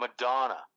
Madonna